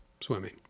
swimming